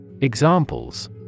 Examples